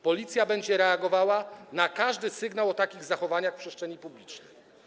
Policja będzie reagowała na każdy sygnał o takich zachowaniach w przestrzeni publicznej.